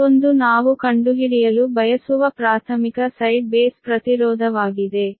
Z1 ನಾವು ಕಂಡುಹಿಡಿಯಲು ಬಯಸುವ ಪ್ರಾಥಮಿಕ ಸೈಡ್ ಬೇಸ್ ಪ್ರತಿರೋಧವಾಗಿದೆ